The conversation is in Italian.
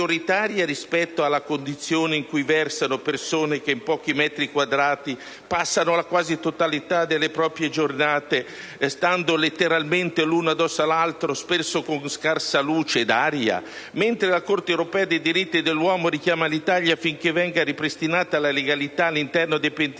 rispetto alla condizione in cui versano persone che in pochi metri quadrati trascorrono la quasi totalità delle proprie giornate, stando letteralmente l'una addosso all'altra, spesso con scarsa luce ed aria? Mentre la Corte europea dei diritti dell'uomo richiama l'Italia affinché venga ripristinata la legalità all'interno dei penitenziari,